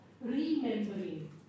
remembering